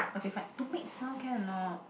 okay fine don't make sound can or not